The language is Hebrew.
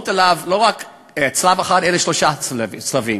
עליו לא רק צלב אחד אלא שלושה צלבים,